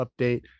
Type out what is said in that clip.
update